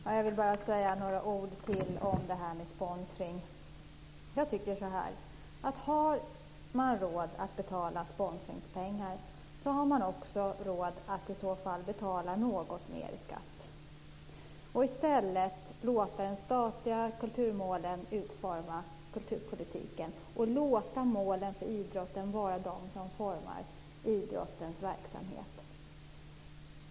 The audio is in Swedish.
Fru talman! Jag vill bara säga några ord till om sponsring. Jag tycker så här: Har man råd att betala sponsringspengar, har man också råd att betala något mer i skatt och i stället låta kulturpolitiken utformas efter de statliga kulturmålen och låta målen för idrotten vara det som formar idrottens verksamhet.